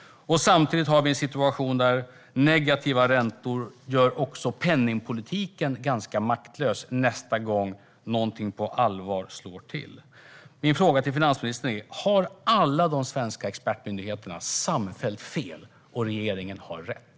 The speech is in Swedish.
Samtidigt har vi en situation där negativa räntor även gör penningpolitiken ganska maktlös nästa gång något slår till på allvar. Min fråga till finansministern är: Har alla de svenska expertmyndigheterna samfällt fel, medan regeringen har rätt?